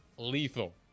lethal